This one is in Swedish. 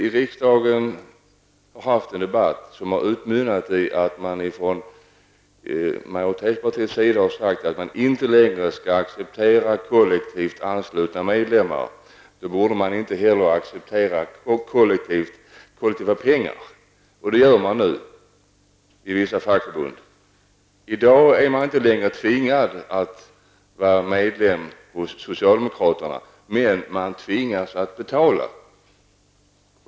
I riksdagen har vi haft en debatt som utmynnat i att man från majoritetspartiets sida sagt att man inte längre skall acceptera kollektivt anslutna medlemmar. Då borde man inte heller acceptera kollektiva pengar. Men det gör man nu när de kommer från vissa fackförbund. I dag är man inte längre tvingad att vara medlem i socialdemokratiska partiet, men man tvingas att betala.